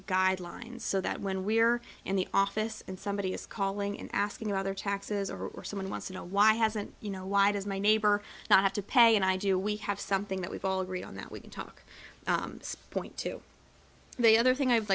guidelines so that when we're in the office and somebody is calling and asking other taxes or someone wants to know why hasn't you know why does my neighbor not have to pay and i do we have something that we've all agreed on that we can talk to the other thing i'd